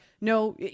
No